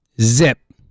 Zip